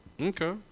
Okay